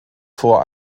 vor